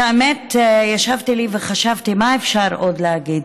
האמת, ישבתי לי וחשבתי מה אפשר עוד להגיד.